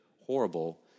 horrible